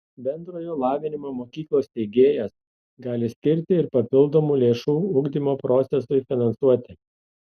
bendrojo lavinimo mokyklos steigėjas gali skirti ir papildomų lėšų ugdymo procesui finansuoti